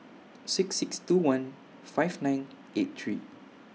six six two one five nine eight three